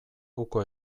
uko